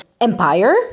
empire